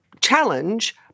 challenge